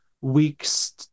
weeks